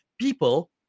people